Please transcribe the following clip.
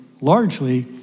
largely